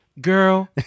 Girl